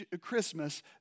Christmas